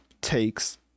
takes